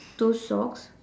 two socks